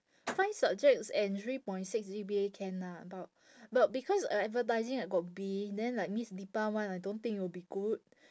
five subjects and three point six G_P_A can nah about but because uh advertising I got B then like miss dipa [one] I don't think it will be good